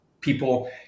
people